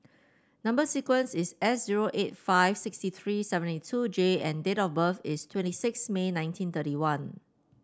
number sequence is S zero eight five sixty three seventy two J and date of birth is twenty six May nineteen thirty one